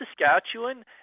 Saskatchewan